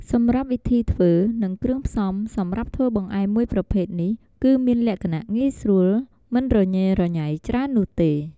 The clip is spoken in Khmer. សម្រាប់វិធីធ្វើ និងគ្រឿងផ្សំសម្រាប់ធ្វើបង្អែមមួយប្រភេទនេះ គឺមានលក្ខណៈងាយស្រួលមិនរញ៉េរញ៉ៃច្រើននោះទេ។